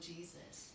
Jesus